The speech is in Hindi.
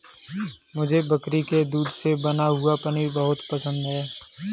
मुझे बकरी के दूध से बना हुआ पनीर बहुत पसंद है